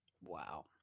Wow